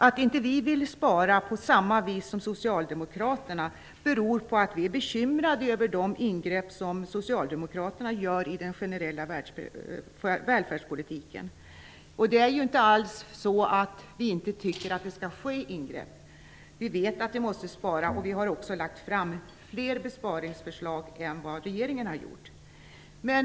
Att vi inte vill spara på samma vis som Socialdemokraterna beror på att vi är bekymrade över de ingrepp som Socialdemokraterna gör i den generella välfärdspolitiken. Det är inte alls så att vi inte tycker att det skall ske ingrepp. Vi vet att vi måste spara, och vi har också lagt fram fler besparingsförslag än vad regeringen har gjort.